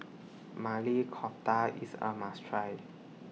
Maili Kofta IS A must Try